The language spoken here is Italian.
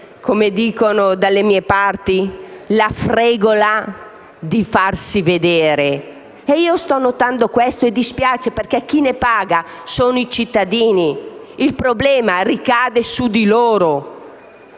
come dicono dalle mie parti, la fregola di farsi vedere. Io sto notando questo e mi dispiace, perché chi ne paga le conseguenze sono i cittadini; il problema ricade su di loro.